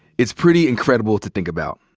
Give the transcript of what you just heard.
it's pretty incredible to think about.